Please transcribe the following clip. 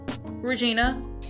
Regina